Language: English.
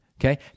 Okay